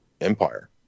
empire